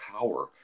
power